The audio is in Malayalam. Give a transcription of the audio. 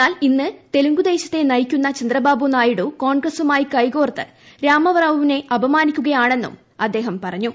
എന്നാൽ ഇന്ന് തെലുങ്കു ദേശത്തെ നയിക്കുന്ന ചന്ദ്രബാബു നായിഡു കോൺഗ്രസ്സുമായി ളകെകോർത്ത് രാമറാവുവിനെ അപമാനിക്കുകയാണെന്നും അദ്ദേഹം പറഞ്ഞു